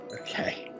Okay